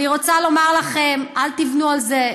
אני רוצה לומר לכם: אל תבנו על זה.